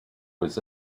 was